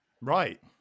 Right